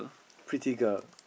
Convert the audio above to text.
pretty girl